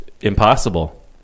impossible